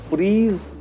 freeze